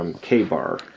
k-bar